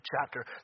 chapter